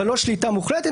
אבל לא שליטה מוחלטת.